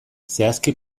zehazki